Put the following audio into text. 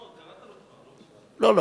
לא,